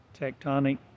tectonic